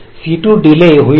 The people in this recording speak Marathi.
C2 डीले होईल